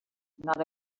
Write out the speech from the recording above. not